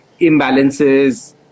imbalances